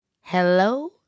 Hello